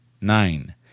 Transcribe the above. Nine